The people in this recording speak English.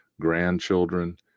grandchildren